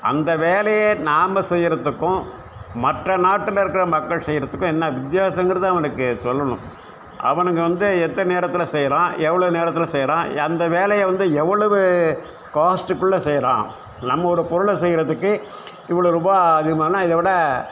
அந்த வேலையை நாம் செய்கிறத்துக்கும் மற்ற நாட்டில் இருக்கிற மக்கள் செய்கிறத்துக்கும் என்ன வித்தியாசங்கிறத அவனுக்கு சொல்லணும் அவனுங்க வந்து எந்த நேரத்தில் செய்யலாம் எவ்வளோ நேரத்தில் செய்யலாம் அந்த வேலையை வந்து எவ்வளவு காஸ்ட்டுக்குள்ள செய்யலாம் நம்மோடய பொருளை செய்கிறதுக்கு இவ்வளோ ரூபா ஆகுதுமானா இதை விட